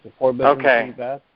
Okay